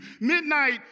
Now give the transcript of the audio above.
Midnight